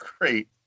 Great